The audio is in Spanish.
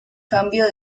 cambio